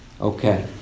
Okay